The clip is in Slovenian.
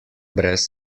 brez